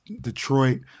Detroit